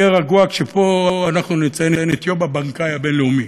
אהיה רגוע כשפה אנחנו נציין את יום הבנקאי הבין-לאומי.